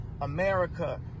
america